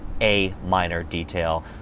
Aminordetail